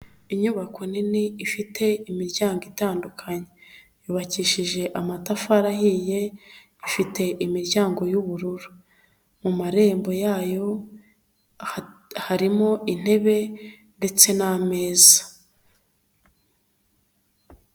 Inyubako nini ifite imiryango itandukanye, yubakishije amatafari ahiye, ifite imiryango y'ubururu. Mu marembo yayo harimo intebe ndetse n'ameza.